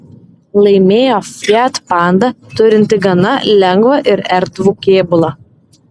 laimėjo fiat panda turinti gana lengvą ir erdvų kėbulą